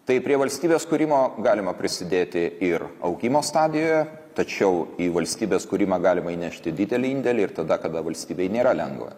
taip prie valstybės kūrimo galima prisidėti ir augimo stadijoje tačiau į valstybės kūrimą galima įnešti didelį indėlį ir tada kada valstybei nėra lengva